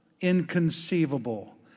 inconceivable